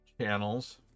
channels